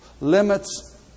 Limits